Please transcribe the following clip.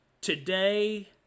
today